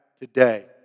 today